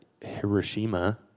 Hiroshima